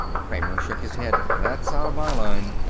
kramer shook his head. that's out of my line.